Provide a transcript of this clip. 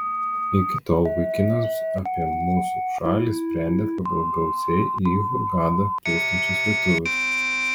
iki tol vaikinas apie mūsų šalį sprendė pagal gausiai į hurgadą plūstančius lietuvius